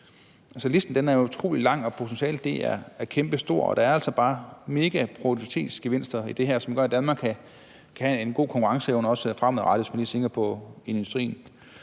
Listen er utrolig lang, og potentialet er kæmpestort. Der er altså bare megaproduktivitetsgevinster i det her, som gør, at Danmark kan have en god konkurrenceevne også fremadrettet, hvis man lige tænker på industrien.